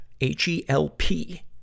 h-e-l-p